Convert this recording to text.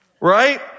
right